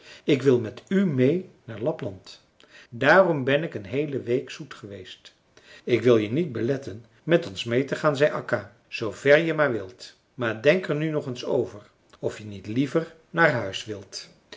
ik wil met u meê naar lapland daarom ben ik een heele week zoet geweest ik wil je niet beletten met ons meê te gaan zei akka zoover je maar wilt maar denk er nu nog eens over of je niet liever naar huis wilt